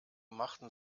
machten